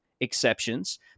exceptions